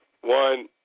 one